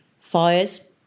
fires